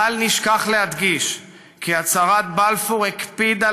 בל נשכח להדגיש כי הצהרת בלפור הקפידה